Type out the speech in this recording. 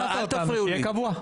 שיהיה קבוע.